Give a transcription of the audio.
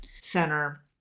center